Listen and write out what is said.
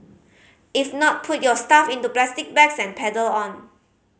if not put your stuff into plastic bags and pedal on